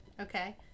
Okay